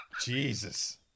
Jesus